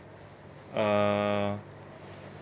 uh